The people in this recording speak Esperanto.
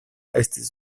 estis